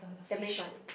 Tampines one